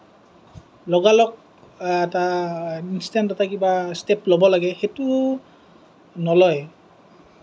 লগালগ এটা ইঞ্চটেন্ট এটা কিবা ষ্টেপ ল'ব লাগে সেইটো নলয়